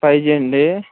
five G అండి